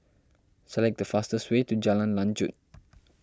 select the fastest way to Jalan Lanjut